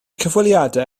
cyfweliadau